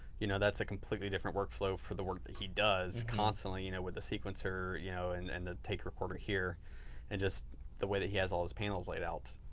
you know that's a completely different workflow for the work that he does constantly you know with the sequencer you know and and the take recorder here and just the way that he has all his panels laid out,